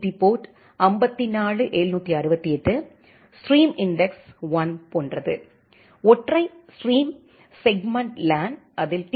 B port 54768 stream index 1 போன்றது ஒற்றை stream segment lane அதில் டி